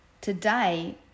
Today